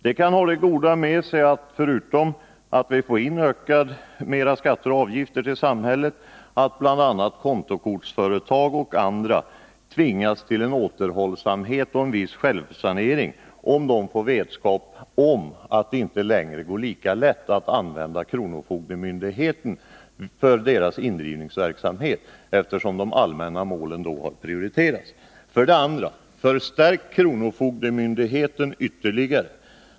Detta kan ha det goda med sig att bl.a. kontokortsföretag och andra, förutom att vi får in mer skatter och avgifter till samhället, tvingas till återhållsamhet och en viss självsanering om de får veta att det inte längre går lika lätt att använda kronofogdemyndigheten för sin indrivningsverksamhet, eftersom de allmänna målen har prioriterats. För det andra: Förstärk kronofogdemyndigheten ytterligare.